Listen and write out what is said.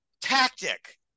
tactic